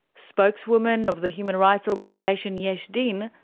spokeswoman of the human rights organisation yesh din,